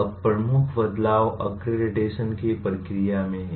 अब प्रमुख बदलाव अक्रेडिटेशन की प्रक्रिया में है